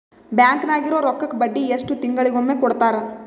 Bank ನಾಗಿರೋ ರೊಕ್ಕಕ್ಕ ಬಡ್ಡಿ ಎಷ್ಟು ತಿಂಗಳಿಗೊಮ್ಮೆ ಕೊಡ್ತಾರ?